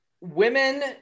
women